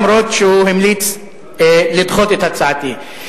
אף-על-פי שהוא המליץ לדחות את הצעתי.